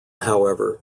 however